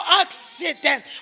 accident